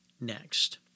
next